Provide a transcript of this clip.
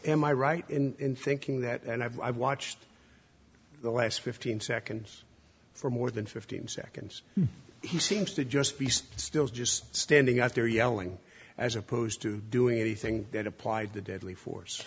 i right in thinking that and i've watched the last fifteen seconds for more than fifteen seconds he seems to just be still just standing up there yelling as opposed to doing anything that applied to deadly force